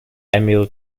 emil